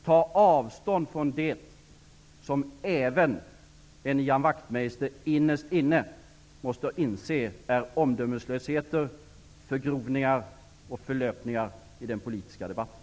Ta avstånd från det som även en Ian Wachtmeister innerst inne måste inse är omdömeslösheter, förgrovningar och förlöpningar i den politiska debatten!